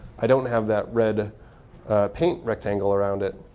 i don't have that red paint rectangle around it.